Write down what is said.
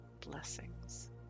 Blessings